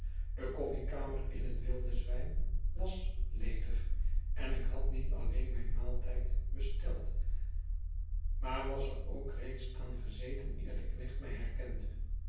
de koffiekamer in het wilde zwijn was ledig en ik had niet alleen mijn maaltijd besteld maar was er ook reeds aan gezeten eer de knecht mij herkende